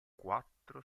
quattro